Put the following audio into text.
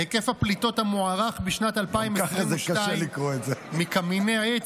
היקף הפליטות המוערך בשנת 2022 מקמיני עץ,